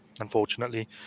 unfortunately